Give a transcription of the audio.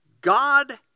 God